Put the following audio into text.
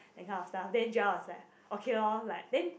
that kind of stuff then Jarl was like okay lor like then